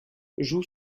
joue